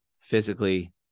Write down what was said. physically